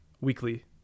weekly